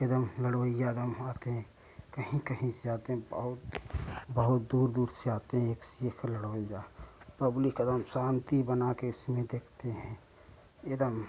एक दम लड़वाइया लोग आते हैं कहीं कहीं से आते हैं बहुत बहुत दूर दूर से आते हैं एक से एक लड़वाइया पब्लिक एक दम शांति बना कर उसमें देखती है एक दम